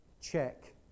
check